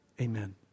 Amen